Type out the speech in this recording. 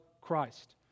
Christ